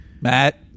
Matt